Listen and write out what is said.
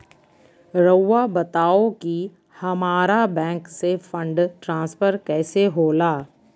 राउआ बताओ कि हामारा बैंक से फंड ट्रांसफर कैसे होला?